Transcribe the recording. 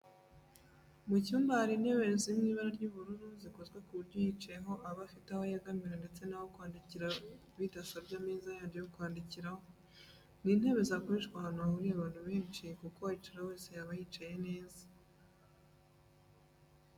Mu cyumba hari ntebe ziri mu ibara ry'ubururu zikozwe ku buryo uyicayeho aba afite aho yegamira ndetse n'aho kwandikira bidasabye ameza yandi yo kwandikiraho. Ni intebe zakoreshwa ahantu hahuriye abantu benshi kuko uwayicaraho wese yaba yicaye neza.